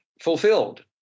fulfilled